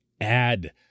add